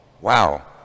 Wow